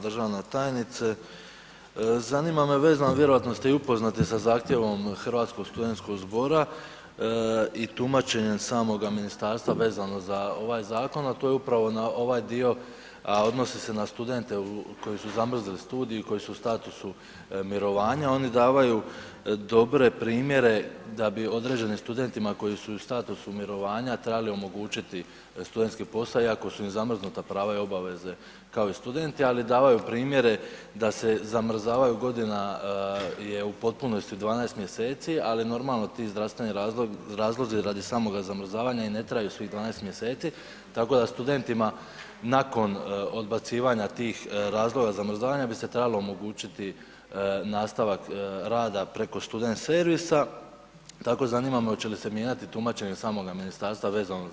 Poštovana državna tajnice, zanima me vezano, vjerojatno ste i upoznati sa zahtjevom Hrvatskog studentskog zbora i tumačenja samoga ministarstva vezano za ovaj zakon, a to je upravo na ovaj dio, a odnosi se na studente koji su zamrznuli studij, koji su u statusu mirovanja, oni davaju dobre primjere da bi određenim studentima koji su u statusu mirovanja trebali omogućiti studentski posao iako su im zamrznuta prava i obveze kao i studenti, ali davaju primjere da se zamrzavaju godina je u potpunosti 12 mjeseci, ali normalno ti zdravstveni razlozi radi samoga zamrzavanja i ne traju svih 12 mjeseci tako da studentima nakon odbacivanja tih razloga zamrzavanja bi se trebalo omogućiti nastavak rada preko student servisa, tako zanima me oće li se mijenjati tumačenje samoga ministarstva vezano za te studente?